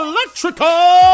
Electrical